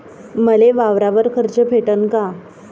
मले वावरावर कर्ज भेटन का?